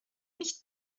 nicht